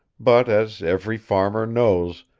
but, as every farmer knows,